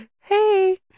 hey